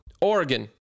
Oregon